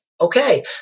okay